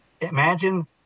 imagine